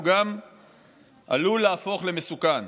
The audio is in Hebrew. הוא גם עלול להפוך למסוכן.